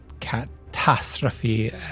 catastrophe